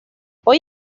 hoy